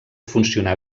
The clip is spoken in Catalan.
funcionar